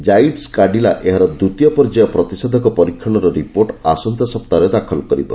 ଜାଇଡସ୍ କାଡିଲା ଏହାର ଦ୍ୱିତୀୟ ପର୍ଯ୍ୟାୟ ପ୍ରତିଷେଧକ ପରୀକ୍ଷଣର ରିପୋର୍ଟ ଆସନ୍ତା ସପ୍ତାହରେ ଦାଖଲ କରିବ